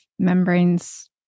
Membranes